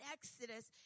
Exodus